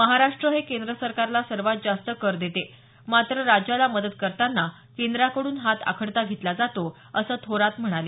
महाराष्ट्र हे केंद्र सरकारला सर्वात जास्त कर देते मात्र राज्याला मदत करताना केंद्राकडून हात आखडता घेतला जातो असं ते म्हणाले